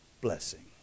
blessing